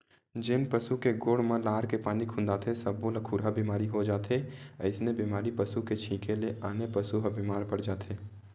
जेन पसु के गोड़ म लार के पानी खुंदाथे सब्बो ल खुरहा बेमारी हो जाथे अइसने बेमारी पसू के छिंके ले आने पसू ह बेमार पड़ जाथे